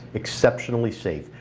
exceptionally safe.